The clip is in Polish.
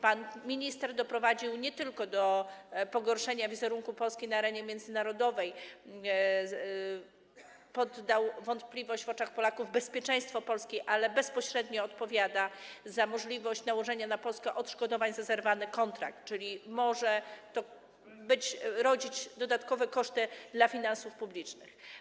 Pan minister nie tylko doprowadził do pogorszenia wizerunku Polski na arenie międzynarodowej, podał w wątpliwość w oczach Polaków bezpieczeństwo Polski, ale też bezpośrednio odpowiada za możliwość nałożenia na Polskę odszkodowań za zerwany kontrakt, czyli może to rodzić dodatkowe koszty dla finansów publicznych.